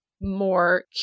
more